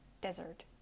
desert